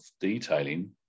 detailing